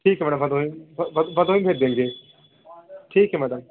ठीक है मैडम भदोही में भदोही में भेज देंगे ठीक है मैडम